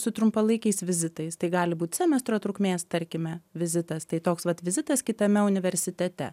su trumpalaikiais vizitais tai gali būt semestro trukmės tarkime vizitas tai toks vat vizitas kitame universitete